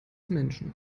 menschen